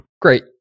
Great